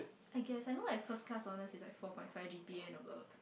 I guess I know like first class honours is like four point five G_P_A and above